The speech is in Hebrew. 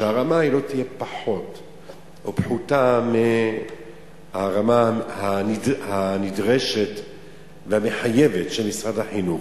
שהרמה לא תהיה פחותה מהרמה הנדרשת והמחייבת של משרד החינוך.